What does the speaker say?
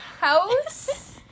House